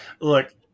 look